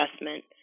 investment